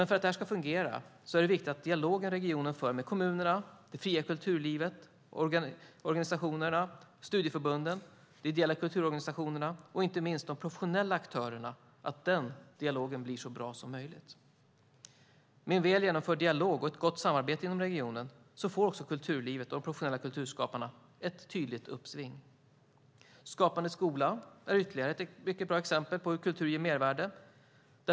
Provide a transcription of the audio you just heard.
För att detta ska fungera är det viktigt att den dialog som regionen för med kommunerna, det fria kulturlivet, organisationerna, studieförbunden, de ideella kulturorganisationerna och inte minst de professionella aktörerna blir så bra som möjligt. Med en väl genomförd dialog och ett gott samarbete inom regionen får också kulturlivet och de professionella kulturskaparna ett tydligt uppsving. Skapande skola är ytterligare ett mycket bra exempel på hur kultur ger mervärde.